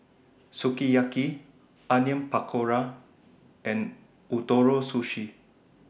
Sukiyaki Onion Pakora and Ootoro Sushi